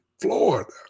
Florida